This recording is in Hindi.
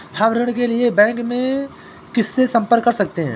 हम ऋण के लिए बैंक में किससे संपर्क कर सकते हैं?